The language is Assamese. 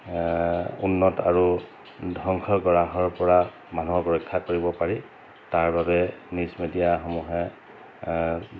উন্নত আৰু ধ্বংস গ্ৰাহৰ পৰা মানুহক ৰক্ষা কৰিব পাৰি তাৰ বাবে নিউজ মিডিয়াসমূহে